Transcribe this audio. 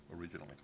originally